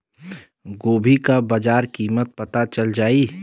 गोभी का बाजार कीमत पता चल जाई?